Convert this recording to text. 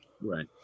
Right